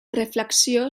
refracció